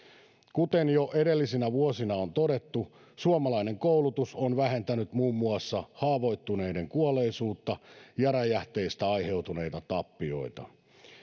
kuten jo edellisinä vuosina on todettu suomalainen koulutus on vähentänyt muun muassa haavoittuneiden kuolleisuutta ja räjähteistä aiheutuneita tappioita